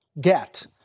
get